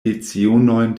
lecionojn